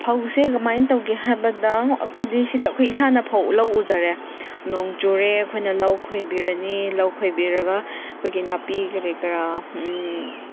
ꯐꯧꯁꯦ ꯀꯃꯥꯏꯅ ꯇꯧꯒꯦ ꯍꯥꯏꯕꯗ ꯑꯩꯈꯣꯏꯗꯤ ꯁꯤꯗ ꯑꯩꯈꯣꯏ ꯏꯁꯥꯅ ꯐꯧ ꯂꯧ ꯎꯖꯔꯦ ꯅꯣꯡ ꯆꯨꯔꯦ ꯑꯩꯈꯣꯏꯅ ꯂꯧ ꯈꯣꯏꯕꯤꯔꯅꯤ ꯂꯧ ꯈꯣꯏꯕꯤꯔꯒ ꯑꯩꯈꯣꯏꯒꯤ ꯅꯥꯄꯤ ꯀꯔꯤ ꯀꯔꯥ